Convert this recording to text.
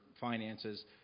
finances